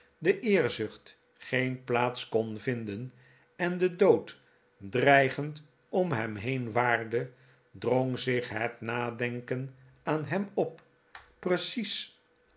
de eerzucht geen plaats kon vinden en de dood dreigend om hem heen waarde drong zich het nadenken aan hem op precies